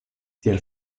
tiel